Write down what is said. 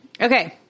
Okay